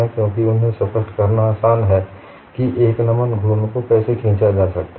क्योंकि उन्हे स्पष्ट करना आसान है कि एक नमन घूर्ण को कैसे खींचा जा सकता है